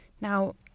Now